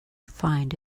find